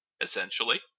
essentially